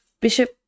Bishop